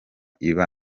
iba